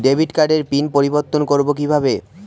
Debit কার্ডের PIN পরিবর্তন করবো কীভাবে?